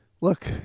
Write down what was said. look